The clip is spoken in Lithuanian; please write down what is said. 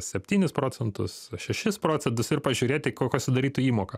septynis procentus šešis procentus ir pažiūrėti kokia sudarytų įmoka